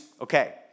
okay